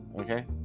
Okay